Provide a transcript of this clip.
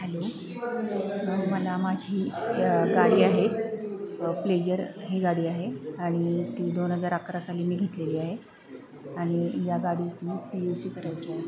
hello मला माझी गाडी आहे प्लेजर ही गाडी आहे आणि ती दोन हजार अकरा साली मी घेतलेली आहे आणि या गाडीची पी यू सी करायची आहे